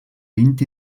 vint